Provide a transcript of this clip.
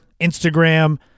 Instagram